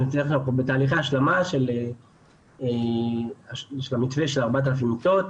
אנחנו בתהליכי השלמה של המתווה של 4,000 מיטות,